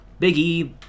biggie